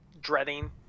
dreading